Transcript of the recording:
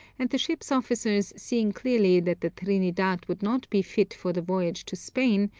and the ship's officers seeing clearly that the trinidad would not be fit for the voyage to spain,